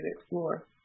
explore